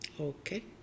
Okay